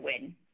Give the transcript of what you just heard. win